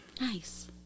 Nice